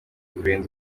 urenze